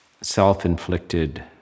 self-inflicted